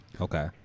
Okay